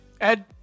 Ed